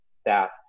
staff